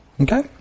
okay